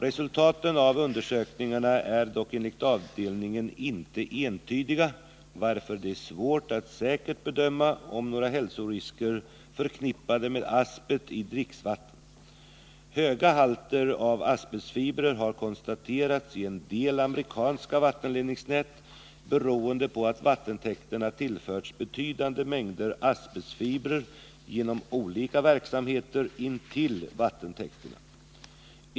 Resultaten av undersökningarna är dock enligt avdelningen inte entydiga, varför det är svårt att säkert bedöma om det är några hälsorisker förknippade med asbest i dricksvatten. Höga halter av asbestfibrer har konstaterats i en del amerikanska vattenledningsnät beroende på att vattentäkterna tillförts betydande mängder asbestfibrer genom olika verksamheter intill vattentäkterna.